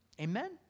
Amen